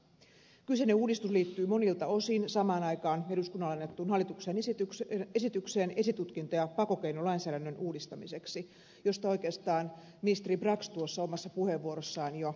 kyseinen uudistus liittyy monilta osin samaan aikaan eduskunnalle annettuun hallituksen esitykseen esitutkinta ja pakkokeinolainsäädännön uudistamiseksi mistä oikeastaan ministeri brax omassa puheenvuorossaan jo totesikin